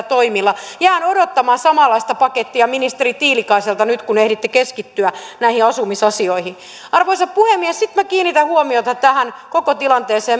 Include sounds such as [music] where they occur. [unintelligible] toimilla jään odottamaan samanlaista pakettia ministeri tiilikaiselta nyt kun ehditte keskittyä näihin asumisasioihin arvoisa puhemies sitten minä kiinnitän huomiota tähän koko tilanteeseen [unintelligible]